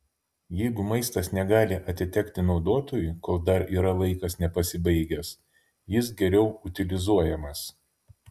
jeigu maistas negali atitekti naudotojui kol dar yra laikas nepasibaigęs jis geriau utilizuojamas